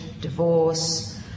divorce